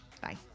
bye